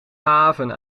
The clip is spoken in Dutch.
haven